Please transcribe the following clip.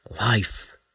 life